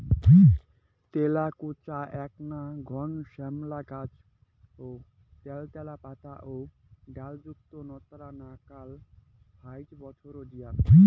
তেলাকুচা এ্যাকনা ঘন শ্যামলা গছ ত্যালত্যালা পাতা ও ডালযুত নতার নাকান ফাইক বছর জিয়ায়